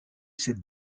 cette